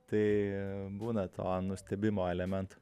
tai būna to nustebimo elementų